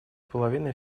половины